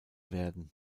werden